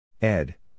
Ed